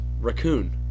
Raccoon